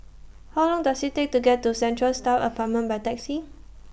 How Long Does IT Take to get to Central Staff Apartment By Taxi